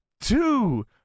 two